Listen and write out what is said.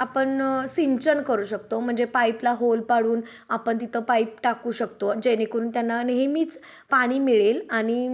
आपण सिंचन करू शकतो म्हणजे पाईपला होल पाडून आपन तिथं पाईप टाकू शकतो जेणेकरून त्यांना नेहमीच पाणी मिळेल आणि